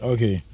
Okay